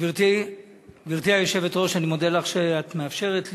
גברתי היושבת-ראש, אני מודה לך שאת מאפשרת לי.